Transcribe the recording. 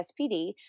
SPD